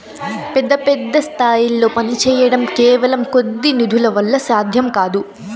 పెద్ద పెద్ద స్థాయిల్లో పనిచేయడం కేవలం కొద్ది నిధుల వల్ల సాధ్యం కాదు